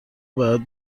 باید